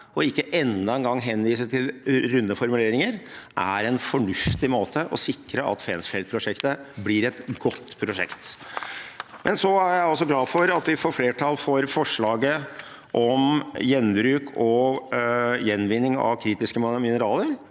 og ikke enda en gang henvise til runde formuleringer – er en fornuftig måte å sikre at Fensfelt-prosjektet blir et godt prosjekt. Jeg er også glad for at vi får flertall for forslaget om gjenbruk og gjenvinning av kritiske mineraler,